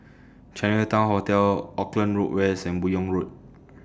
Chinatown Hotel Auckland Road West and Buyong Road